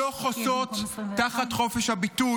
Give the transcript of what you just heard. לא חוסות תחת חופש הביטוי.